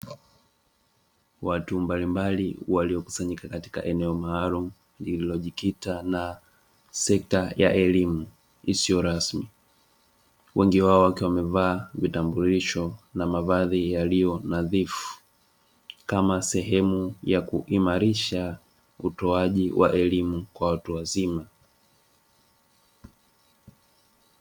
Watu mbalimbali waliokusanyika katika eneo maalumu lililojikita na sekta ya elimu isiyo rasmi, wengi wao wake wamevaa vitambulisho na mavazi yaliyo nadhifu kama sehemu ya kuimarisha utoaji wa elimu kwa watu wazima.